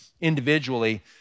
individually